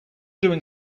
doing